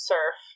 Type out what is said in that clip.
Surf